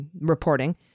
Reporting